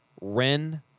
Ren